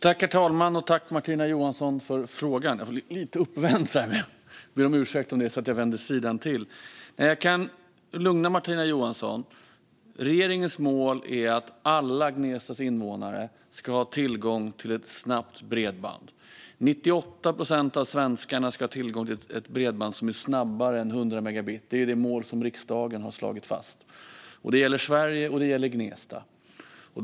Herr talman! Tack, Martina Johansson, för frågan! Jag kan lugna Martina Johansson: Regeringens mål är att alla Gnestas invånare ska ha tillgång till ett snabbt bredband. 98 procent av svenskarna ska ha tillgång till ett bredband som är snabbare än 100 megabit. Det är det mål som riksdagen har slagit fast. Det gäller Sverige, och det gäller Gnesta.